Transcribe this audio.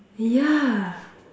yeah